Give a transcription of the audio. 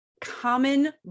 common